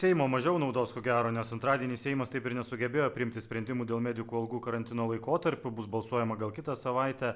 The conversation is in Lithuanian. seimo mažiau naudos ko gero nes antradienį seimas taip ir nesugebėjo priimti sprendimų dėl medikų algų karantino laikotarpiu bus balsuojama gal kitą savaitę